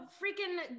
freaking